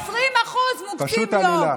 פשוט עלילה.